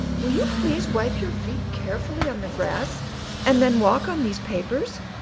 will you please wipe your feet carefully on the grass and then walk on these papers?